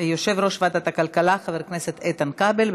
יושב-ראש ועדת הכלכלה חבר הכנסת איתן כבל.